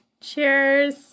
Cheers